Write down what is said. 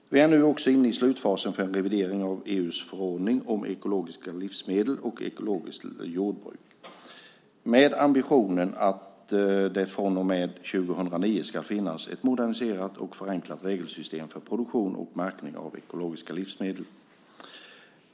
Vi är nu också inne i slutfasen av en revidering av EU:s förordning om ekologiska livsmedel och ekologiskt jordbruk, med ambitionen att det från och med 2009 ska finnas ett moderniserat och förenklat regelsystem för produktion och märkning av ekologiska livsmedel.